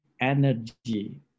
energy